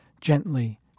gently